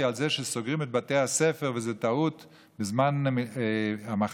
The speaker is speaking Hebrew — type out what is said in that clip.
על כך שסוגרים את בתי הספר בזמן המחלה